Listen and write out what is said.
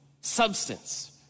substance